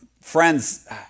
Friends